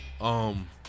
Um-